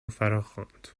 فراخواند